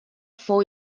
fou